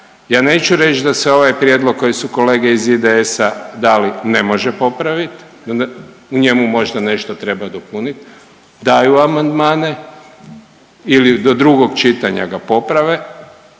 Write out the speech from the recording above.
ja neću reć da se ovaj prijedlog koje su kolege iz IDS-a dali ne može popravit, u njemu možda nešto treba dopunit, daju amandmane ili do drugog čitanja ga poprave